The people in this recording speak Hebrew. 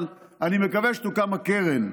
אבל אני מקווה שתוקם הקרן.